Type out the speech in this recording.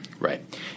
Right